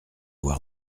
voir